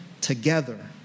together